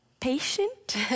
patient